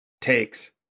takes